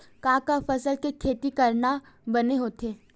का का फसल के खेती करना बने होथे?